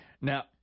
Now